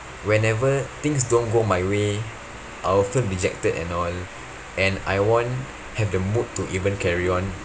whenever things don't go my way I'll often dejected and all and I won't have the mood to even carry on